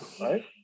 right